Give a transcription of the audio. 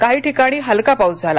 काही ठिकणी हलका पाऊस झाला